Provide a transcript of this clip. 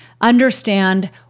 understand